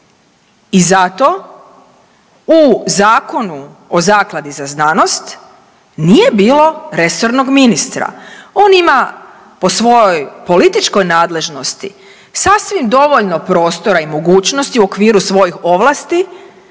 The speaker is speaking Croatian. i zato u Zakonu o zakladi za znanost nije bilo resornog ministra. On ima po svojoj političkoj nadležnosti sasvim dovoljno prostora i mogućnosti u okviru svoji ovlasti